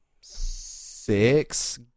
six